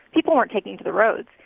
people weren't taking to the roads.